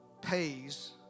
pays